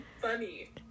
funny